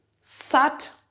sat